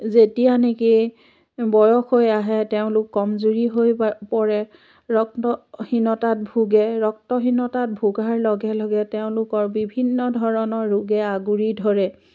যেতিয়া নিকি বয়স হৈ আহে তেওঁলোক কমজুৰি হৈ প পৰে ৰক্তহীনতাত ভুগে ৰক্তহীনতাত ভোগাৰ লগে লগে তেওঁলোকৰ বিভিন্ন ধৰণৰ ৰোগে আগুৰি ধৰে